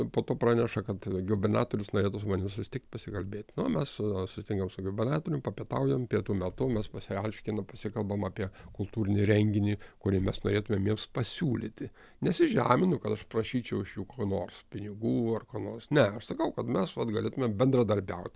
po to praneša kad gubernatorius norėtų su manim susitikt pasikalbėt nu mes su susitinkam su gubernatorium papietaujame pietų metu mes pasiaiškinam pasikalbam apie kultūrinį renginį kurį mes norėtumėm jiems pasiūlyti nesižemino kad aš prašyčiau iš jų ko nors pinigų ar ko nors ne aš sakau kad mes galėtumėm bendradarbiaut